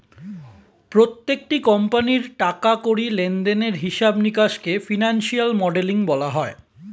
প্রত্যেকটি কোম্পানির টাকা কড়ি লেনদেনের হিসাব নিকাশকে ফিনান্সিয়াল মডেলিং বলা হয়